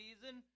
season